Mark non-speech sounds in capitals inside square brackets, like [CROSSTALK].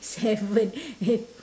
[LAUGHS] seven